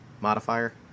modifier